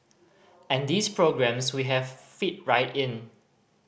and these programmes we have fit right in